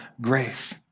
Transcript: grace